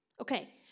Okay